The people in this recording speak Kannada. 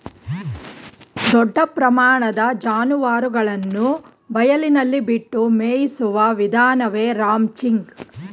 ದೊಡ್ಡ ಪ್ರಮಾಣದ ಜಾನುವಾರುಗಳನ್ನು ಬಯಲಿನಲ್ಲಿ ಬಿಟ್ಟು ಮೇಯಿಸುವ ವಿಧಾನವೇ ರಾಂಚಿಂಗ್